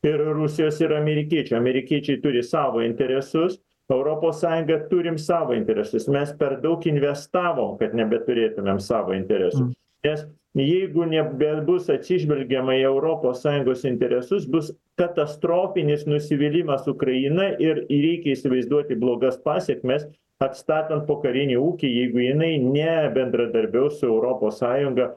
ir rusijos ir amerikiečių amerikiečiai turi savo interesus europos sąjunga turim savo interesus mes per daug investavom kad nebeturėtumėm savo interesų nes jeigu nebebus atsižvelgiama į europos sąjungos interesus bus katastrofinis nusivylimas ukraina ir i reikia įsivaizduoti blogas pasekmes atstatant pokarinį ūkį jeigu jinai nebendradarbiaus su europos sąjunga